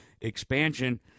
expansion